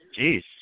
Jeez